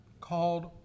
called